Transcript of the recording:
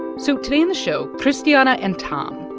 so today on the show, christiana and tom,